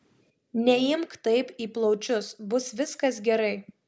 neimk taip į plaučius bus viskas gerai